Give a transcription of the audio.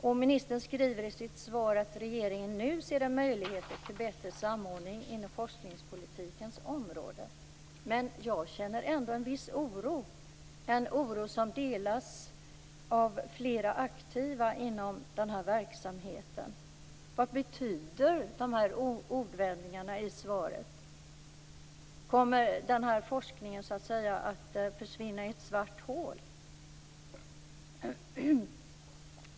Och ministern skriver i sitt svar att regeringen nu ser en möjlighet till bättre samordning inom forskningspolitikens område. Men jag känner ändå en viss oro, en oro som delas av flera aktiva inom den här verksamheten. Vad betyder ordvändningarna i svaret? Kommer forskningen att försvinna i ett svart hål?